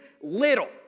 little